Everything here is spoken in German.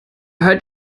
hört